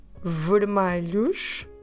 Vermelhos